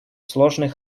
сложный